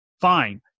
Fine